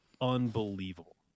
unbelievable